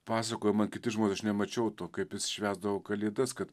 pasakojo man kiti žmonės aš nemačiau to kaip jis švęsdavo kalėdas kad